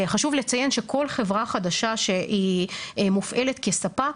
חשוב לציין שכל חברה חדשה שהיא מופעלת כספק,